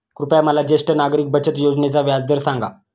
कृपया मला ज्येष्ठ नागरिक बचत योजनेचा व्याजदर सांगा